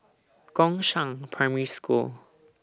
Gongshang Primary School